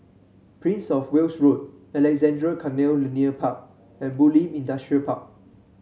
Prince Of Wales Road Alexandra Canal Linear Park and Bulim Industrial Park